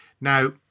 Now